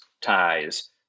ties